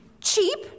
Cheap